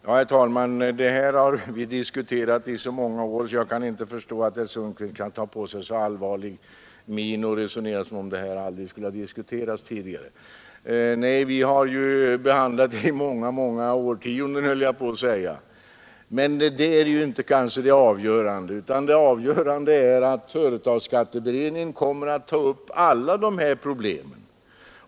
Herr talman! Det här har vi diskuterat i så många år att jag inte kan förstå hur herr Sundkvist kan ta på sig en så allvarlig min och tala som om det aldrig hade diskuterats tidigare. Vi har behandlat det i många årtionden, höll jag på att säga. Men det är inte det avgörande, utan det avgörande är att företagsskatteberedningen kommer att ta upp alla dessa problem.